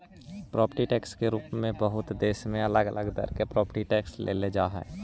property tax के रूप में बहुते देश में अलग अलग दर से प्रॉपर्टी टैक्स लेल जा हई